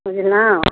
बुझलहुँ